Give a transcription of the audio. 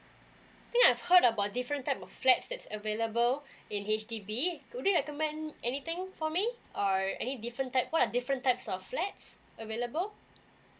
think I've heard about different type of flats that's available in H_D_B could you recommend anything for me err any different type what are different types of flas available